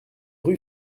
rue